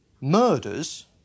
murders